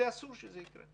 וזה אסור שיקרה.